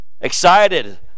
Excited